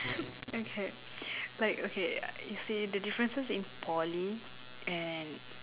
okay like okay you see the differences in Poly and